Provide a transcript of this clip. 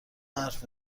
حرف